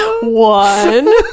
one